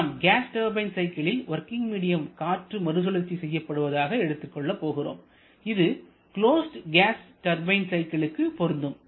நமது gas turbine சைக்கிளில் working medium காற்று மறுசுழற்சி செய்யப்படுவதாக எடுத்துக் கொள்ளப் போகிறோம் இது க்ளோஸ்டு கேஸ் டர்பைன் சைக்கிளுக்கு பொருந்தும்